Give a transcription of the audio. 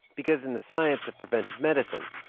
because in the science of preventive medicine,